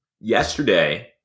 yesterday